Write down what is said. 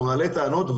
אנחנו נעלה טענות,